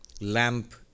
lamp